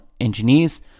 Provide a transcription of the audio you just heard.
engineers